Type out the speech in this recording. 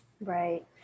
Right